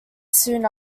soon